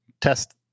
test